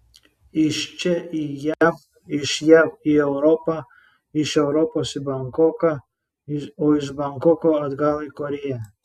iš čia į jav iš jav į europą iš europos į bankoką o iš bankoko atgal į korėją